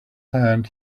hand